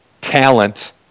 talent